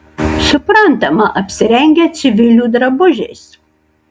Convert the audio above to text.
suprantama apsirengę civilių drabužiais